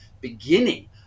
beginning